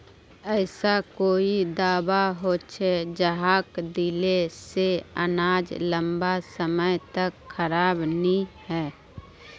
ऐसा कोई दाबा होचे जहाक दिले से अनाज लंबा समय तक खराब नी है?